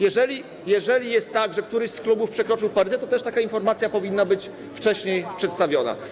Jeżeli jest tak, że któryś z klubów przekroczył parytet, to też taka informacja powinna być wcześniej przedstawiona.